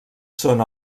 són